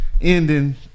ending